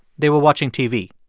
they were watching tv.